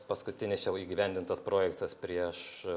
paskutinis jau įgyvendintas projektas prieš